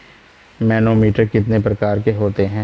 Manometer कितने प्रकार के होते हैं?